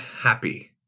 happy